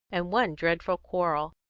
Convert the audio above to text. and one dreadful quarrel.